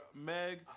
Meg